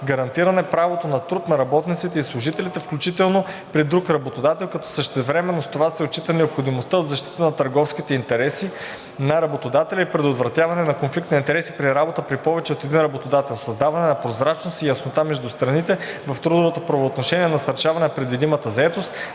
гарантиране правото на труд на работниците и служителите, включително при друг работодател, като същевременно с това се отчита необходимостта от защита на търговските интереси на работодателя и предотвратяване на конфликт на интереси при работа при повече от един работодател; създаване на прозрачност и яснота между страните в трудовото правоотношение и насърчаване на предвидимата заетост;